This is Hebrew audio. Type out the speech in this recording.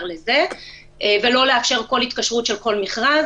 לזה ולא לאפשר כל התקשרות של כל מכרז.